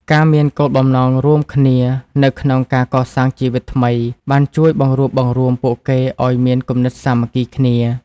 ការមានគោលបំណងរួមគ្នានៅក្នុងការកសាងជីវិតថ្មី បានជួយបង្រួបបង្រួមពួកគេឱ្យមានគំនិតសាមគ្គីគ្នា។